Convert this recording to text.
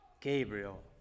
Gabriel